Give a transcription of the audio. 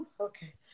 okay